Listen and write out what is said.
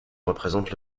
représente